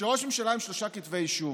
של ראש ממשלה עם שלושה כתבי אישום.